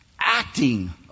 acting